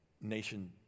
nation